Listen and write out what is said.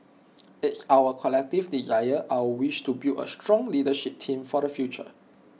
it's our collective desire our wish to build A strong leadership team for the future